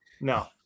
no